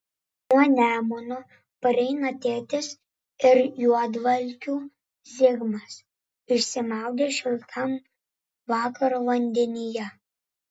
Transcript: nuo nemuno pareina tėtis ir juodvalkių zigmas išsimaudę šiltam vakaro vandenyje